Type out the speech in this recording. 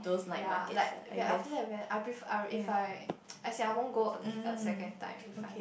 ya like very after that very I prefer if I as in I won't go second time if I